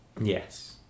Yes